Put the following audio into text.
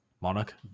Monarch